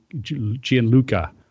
Gianluca